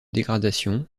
dégradation